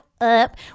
up